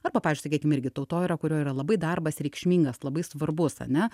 arba pavyzdžiui sakykim irgi tautoj yra kurioj yra labai darbas reikšmingas labai svarbus ane